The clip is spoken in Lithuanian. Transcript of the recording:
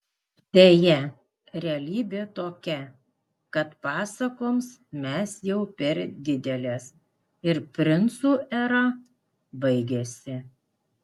deja realybė tokia kad pasakoms mes jau per didelės ir princų era baigėsi